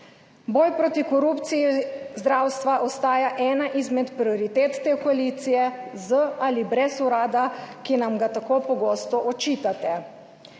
Boj proti korupciji zdravstva ostaja ena izmed prioritet te koalicije, z ali brez urada, ki nam ga tako pogosto očitate.